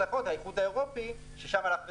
אחרות באיחוד האירופי ששם זה הלך וגדל.